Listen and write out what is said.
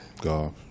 Golf